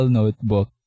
notebook